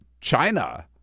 China